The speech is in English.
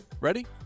Ready